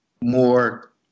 more